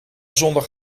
zondag